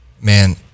man